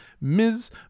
Ms